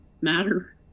matter